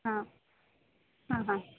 ಹಾಂ ಹಾಂ ಹಾಂ